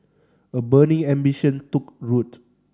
a burning ambition took root